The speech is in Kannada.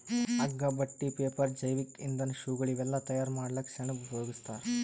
ಹಗ್ಗಾ ಬಟ್ಟಿ ಪೇಪರ್ ಜೈವಿಕ್ ಇಂಧನ್ ಶೂಗಳ್ ಇವೆಲ್ಲಾ ತಯಾರ್ ಮಾಡಕ್ಕ್ ಸೆಣಬ್ ಉಪಯೋಗಸ್ತಾರ್